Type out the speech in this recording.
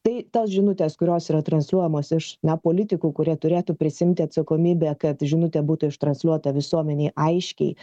tai tos žinutės kurios yra transliuojamos iš politikų kurie turėtų prisiimti atsakomybę kad žinutė būtų ištransliuota visuomenei aiškiai